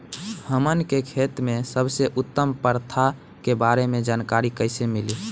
हमन के खेती में सबसे उत्तम प्रथा के बारे में जानकारी कैसे मिली?